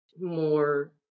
more